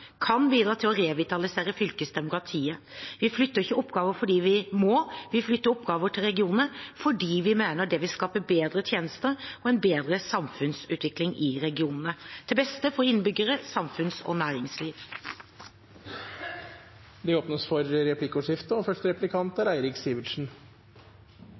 kan bidra til å revitalisere fylkesdemokratiet. Vi flytter ikke oppgaver fordi vi må. Vi flytter oppgaver til regionene fordi vi mener det vil skape bedre tjenester og en bedre samfunnsutvikling i regionene – til beste for innbyggere, samfunns- og næringsliv. Det blir replikkordskifte. Jeg deler statsrådens intensjon om å flytte flere oppgaver, makt, myndighet og